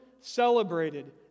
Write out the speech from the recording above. celebrated